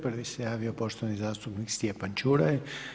Prvi se javio poštovani zastupnik Stjepan Ćuraj.